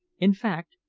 in fact,